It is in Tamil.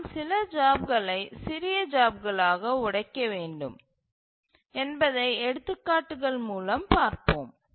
நாம் சில ஜாப்களை சிறிய ஜாப்களாக உடைக்க வேண்டும் என்பதை எடுத்துக்காட்டுகள் மூலம் பார்ப்போம்